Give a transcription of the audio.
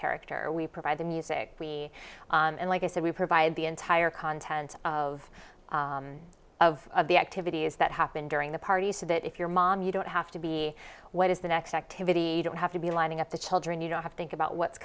character we provide the music we and like i said we provide the entire content of of the activities that happen during the party so that if your mom you don't have to be what is the next activity you don't have to be lining up the children you don't have think about what's